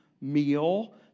meal